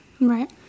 Right